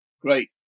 great